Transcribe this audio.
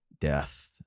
death